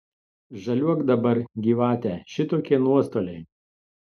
žaliuok dabar gyvate šitokie nuostoliai